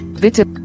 bitte